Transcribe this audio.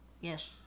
Yes